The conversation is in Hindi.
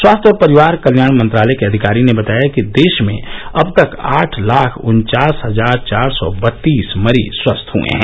स्वास्थ्य और परिवार कत्याण मंत्रालय के अधिकारी ने बताया कि देश में अब तक आठ लाख उन्चास हजार चार सौ बत्तीस मरीज स्वस्थ हुए हैं